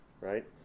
right